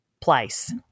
place